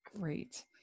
Great